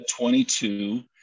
22